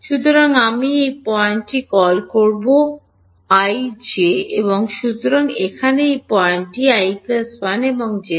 সুতরাং আমি এই পয়েন্টটি কল করব i j এবং সুতরাং এখানে এই পয়েন্টটি i 1 j 1